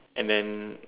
and then